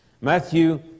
Matthew